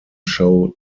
show